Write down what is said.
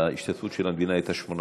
ההשתתפות של המדינה הייתה 8 שקלים.